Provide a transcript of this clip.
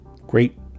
Great